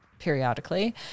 periodically